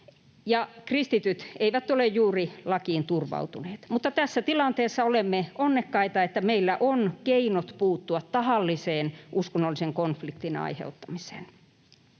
Kristityt eivät ole juuri lakiin turvautuneet, mutta tässä tilanteessa olemme kuitenkin onnekkaita, että meillä on keinot puuttua tahalliseen uskonnollisen konfliktin aiheuttamiseen.